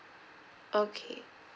okay